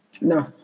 No